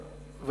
תודה,